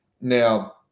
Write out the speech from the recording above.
now